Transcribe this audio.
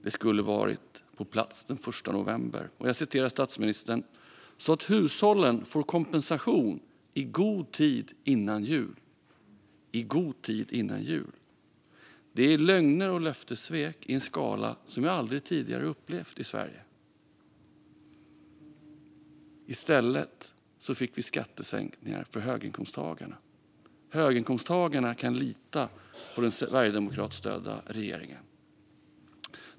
Det skulle ha varit på plats den 1 november. Hushållen skulle få kompensation "i god tid före jul", för att citera statsministern. Detta är lögner och löftessvek i en skala som jag aldrig tidigare upplevt i Sverige. I stället fick vi skattesänkningar för höginkomsttagarna. Höginkomsttagarna kan lita på den sverigedemokratiskt stödda regeringen.